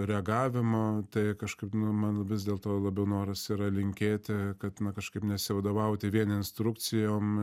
reagavimo tai kažkaip nu man vis dėlto labiau noras yra linkėti kad na kažkaip nesivadovauti vien instrukcijom